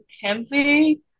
Kenzie